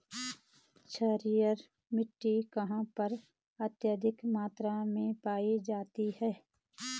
क्षारीय मिट्टी कहां पर अत्यधिक मात्रा में पाई जाती है?